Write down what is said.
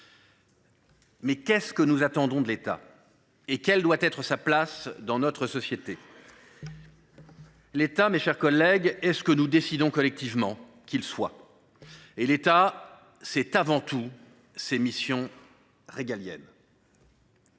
Mais qu’attendons nous de l’État ? Quelle doit être sa place dans notre société ? L’État, mes chers collègues, est ce que nous décidons collectivement qu’il soit. Et l’État, c’est avant tout ses missions premières,